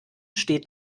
steht